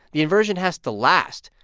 the inversion has to last.